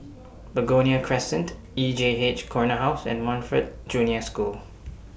Begonia Crescent E J H Corner House and Montfort Junior School